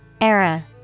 Era